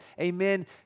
amen